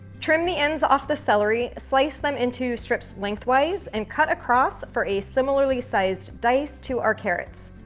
trim the ends off the celery, slice them into strips lengthwise, and cut across for a similarly-sized dice to our carrots.